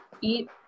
eat